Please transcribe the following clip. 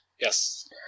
Yes